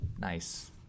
nice